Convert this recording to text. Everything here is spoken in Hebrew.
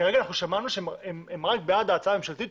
כרגע שמענו שהם רק בעד ההצעה הממשלתית,